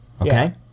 okay